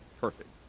perfect